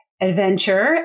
adventure